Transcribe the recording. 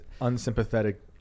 unsympathetic